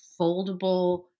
foldable